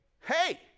hey